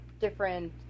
different